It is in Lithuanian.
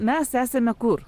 mes esame kur